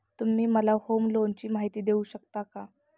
तुम्ही मला होम लोनची माहिती देऊ शकता का?